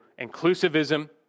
inclusivism